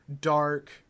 dark